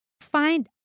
find